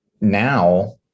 now